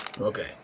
Okay